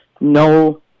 no